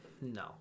No